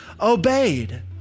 obeyed